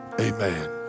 Amen